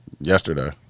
yesterday